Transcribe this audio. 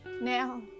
Now